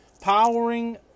powering